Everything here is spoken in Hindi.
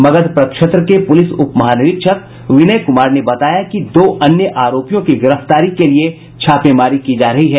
मगध प्रक्षेत्र के पूलिस उप महानिरीक्षक विनय कुमार ने बताया कि दो अन्य आरोपियों की गिरफ्तारी के लिए छापेमारी की जा रही है